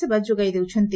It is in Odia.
ସେବା ଯୋଗାଇ ଦେଉଛନ୍ତି